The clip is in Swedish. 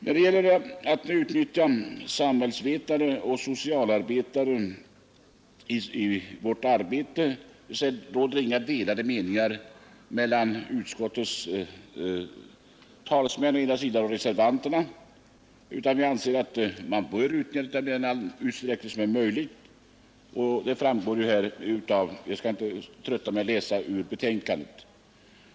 När det gäller att utnyttja samhällsvetare och socialarbetare i vårt arbete råder inga delade meningar mellan utskottsmajoriteten och reservanterna, utan vi anser att man bör utnyttja denna arbetskraft i all möjlig utsträckning. Det framgår också av betänkandet, och jag skall inte trötta med att läsa ur det.